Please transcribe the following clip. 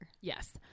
Yes